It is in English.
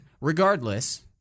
Regardless